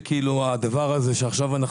לדבר.